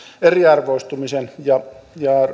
eriarvoistumisen ja